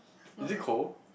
is it cold